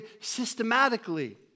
systematically